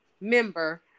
member